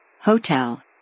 Hotel